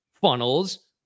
funnels